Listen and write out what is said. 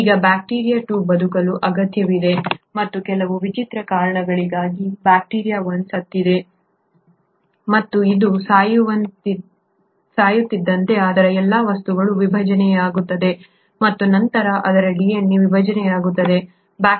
ಈಗ ಬ್ಯಾಕ್ಟೀರಿಯಾ 2 ಬದುಕಲು ಅಗತ್ಯವಿದೆ ಮತ್ತು ಕೆಲವು ವಿಚಿತ್ರ ಕಾರಣಗಳಿಗಾಗಿ ಬ್ಯಾಕ್ಟೀರಿಯಾ 1 ಸತ್ತಿದೆ ಮತ್ತು ಅದು ಸಾಯುತ್ತಿದ್ದಂತೆ ಅದರ ಎಲ್ಲಾ ವಸ್ತುಗಳು ವಿಭಜನೆಯಾಗುತ್ತವೆ ಮತ್ತು ನಂತರ ಅದರ DNA ವಿಭಜನೆಯಾಗುತ್ತದೆ